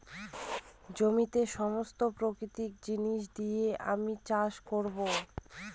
জমিতে সমস্ত প্রাকৃতিক জিনিস দিয়ে আমি চাষ করবো